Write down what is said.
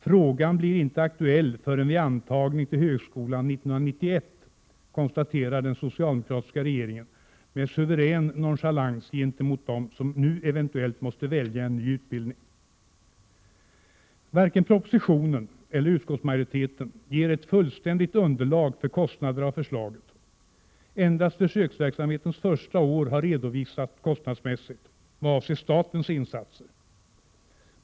”Frågan blir inte aktuell förrän vid antagning till högskolan 1991”, konstaterar den socialdemokratiska regeringen med suverän nonchalans gentemot dem som nu eventuellt måste välja en ny utbildning. Varken propositionen eller utskottsmajoriteten ger ett fullständigt underlag för bedömning av kostnaderna för den föreslagna reformen. Endast försöksverksamhetens första år har redovisats kostnadsmässigt vad avser statens insatser.